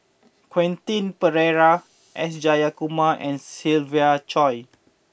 Quentin Pereira S Jayakumar and Siva Choy